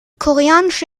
koreanische